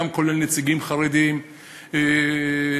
כולל נציגים חרדים מהפריפריה,